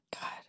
God